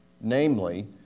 namely